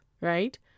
right